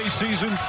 season